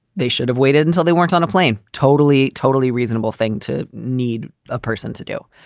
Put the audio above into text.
they should have waited until they weren't on a plane. totally, totally reasonable thing to need a person to do.